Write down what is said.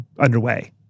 underway